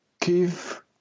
give